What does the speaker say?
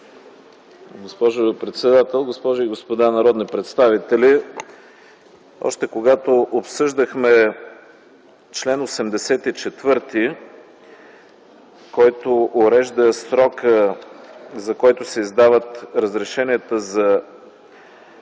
Госпожо председател, госпожи и господа народни представители! Още когато обсъждахме чл. 84, който урежда срока, за който се издават разрешенията за носене